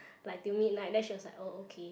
like till midnight then she's like oh okay